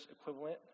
equivalent